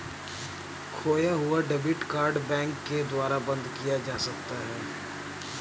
खोया हुआ debit card bank के द्वारा बंद किया जा सकता है